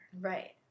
Right